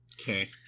Okay